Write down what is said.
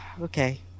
okay